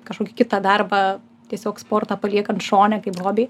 kažkokį kitą darbą tiesiog sportą paliekant šone kaip hobį